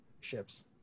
Ships